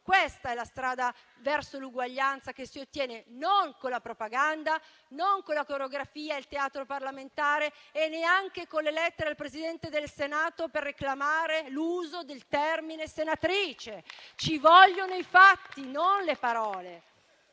Questa è la strada verso l'uguaglianza che si ottiene, non con la propaganda, non con la coreografia, il teatro parlamentare, e neanche con le lettere al Presidente del Senato per reclamare l'uso del termine «senatrice». Ci vogliono i fatti, non le parole,